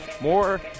More